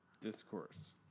Discourse